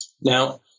Now